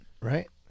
Right